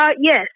yes